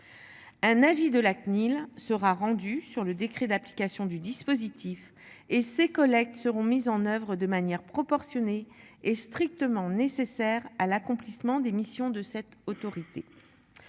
Un avis de la CNIL sera rendu sur le décret d'application du dispositif et ses collègues seront mises en oeuvre de manière proportionnée et strictement nécessaire à l'accomplissement des missions de cette autorité.